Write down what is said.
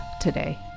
today